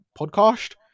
podcast